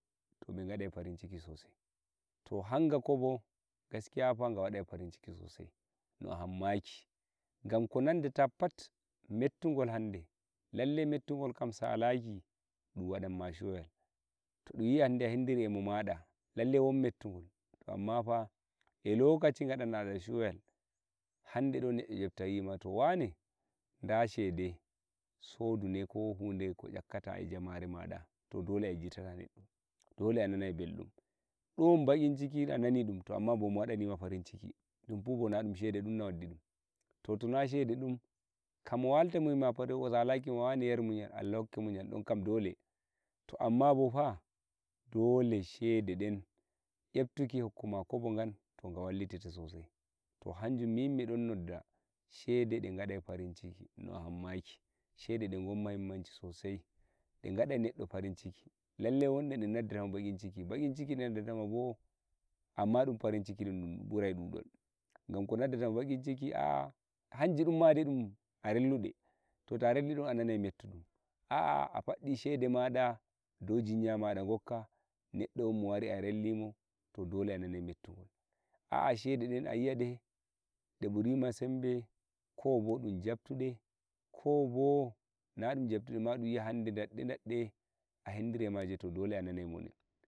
to be gadi farinciki sosai to hanga kobo gaskiya ga waɗai farinciki sosai no a hammaki gan nko nan da data fat mettugol hanɗe lallai mettugol gam salaki ɗum wadamma shiyal to dunyi hunde domo wada lallai mettugol to amma fa enon gadantegol to ɗum yi hande a hendiri eh mimaɗa to lallai won mettugol amma pa eh lokaci dun mannuma shoyal sai dum yima wane da shedi sodune ko hude eh koƴakkata eh jemmare maɗa to dole a yejjitata denno dole ananai beldum dum bakin ciki anani dum to amma a nanidum to amma bo mowadanima farinciki dum pu bo na dun shede dumna waddi ɗum to tona shede dum lamo wilta moyima misteke wone dume eh dole ta amma bo fa dole shede kam a walto den hokkuma kobojɗean joga wane allah hokke muyak don kam dole ai wallitete sosai hanjum min midon nodda shede de gadai farinciki no a hammaki dun farinciki sossai ɗe gadai neɗdo farinciki lallai dun burai gan ko noddete bakin ciki nodda tama mo amma ɗum farincki irinnin non dun burai ɗudol hanje ɗen ma dai arellu a nanai mettuɗun a afaddi shede maɗa dou jinya maɗa kokka neɗdo on o wari a relli mo dole a nanai metuɗun a shede den a relli ɗe ɗe burima semɓe kobo na dun jattuɗe koɓo a rellu ɗe.